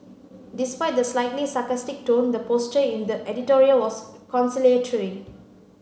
despite the slightly sarcastic tone the posture in the editorial was conciliatory